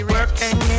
Working